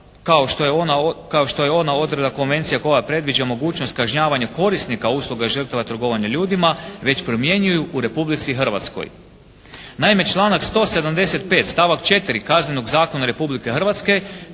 kao što je ona odredba konvencije koja predviđa mogućnost kažnjavanja korisnika usluga žrtava trgovanja ljudima već primjenjuju u Republici Hrvatskoj. Naime članak 175. stavak 4. Kaznenog zakona Republike Hrvatske